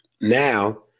Now